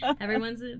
everyone's